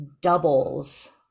doubles